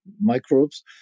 microbes